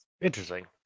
interesting